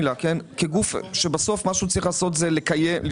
אנחנו כגוף שבסוף מה שהוא צריך לעשות זה לדאוג